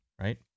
right